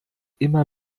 immer